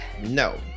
No